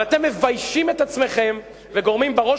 אבל אתם מביישים את עצמכם וגורמים בראש